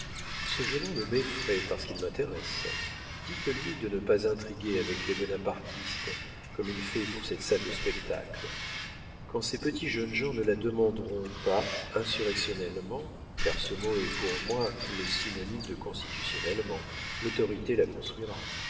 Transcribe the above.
ce jeune homme m'effraie parce qu'il m'intéresse dites-lui de ne pas intriguer avec les bonapartistes comme il fait pour cette salle de spectacle quand ces petits jeunes gens ne la demanderont pas insurrectionnellement car ce mot est pour moi le synonyme de constitutionnellement l'autorité la construira